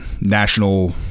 national